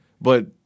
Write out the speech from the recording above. But-